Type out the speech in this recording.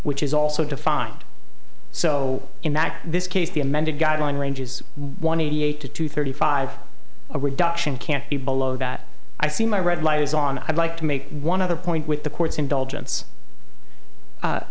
which is also defined so in that this case the amended guideline ranges one eighty eight to two thirty five a reduction can't be below that i see my red light is on i'd like to make one other point with the court's indulgence